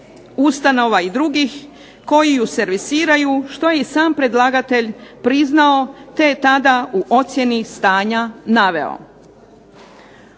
ustanova i drugih koji ju servisiraju što je i sam predlagatelj priznao te je tada u ocjeni stanja naveo.